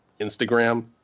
Instagram